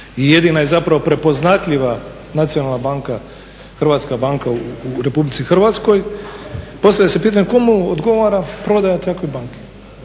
jedina je zapravo prepoznatljiva nacionalna banka, hrvatska banka u Republici Hrvatskoj. Postavlja se pitanje, komu odgovara prodaja takve banke?